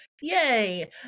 Yay